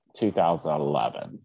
2011